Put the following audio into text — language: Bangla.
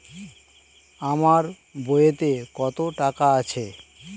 আমার বইতে কত টাকা আছে?